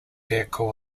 vehicle